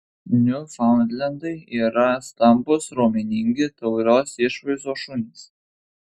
niufaundlendai yra stambūs raumeningi taurios išvaizdos šunys